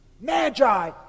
magi